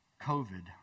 COVID